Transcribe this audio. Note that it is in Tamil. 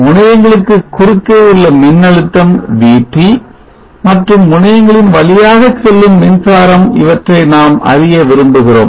முனையங்களுக்கு குறுக்கே உள்ள மின்னழுத்தம் VT மற்றும் முனையங்களின் வழியாக செல்லும் மின்சாரம் இவற்றை நாம் அறிய விரும்புகிறோம்